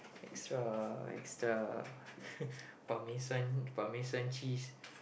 extra extra parmesan parmesan cheese